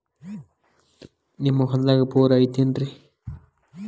ನಿಮ್ಮ ಹೊಲ್ದಾಗ ಬೋರ್ ಐತೇನ್ರಿ?